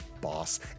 boss